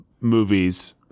movies